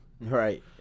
Right